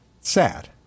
Sad